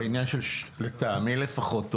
לטעמי לפחות,